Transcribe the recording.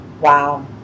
Wow